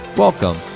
Welcome